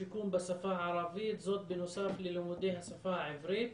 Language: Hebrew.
בשפה הערבית, זאת בנוסף ללימודי השפה העברית,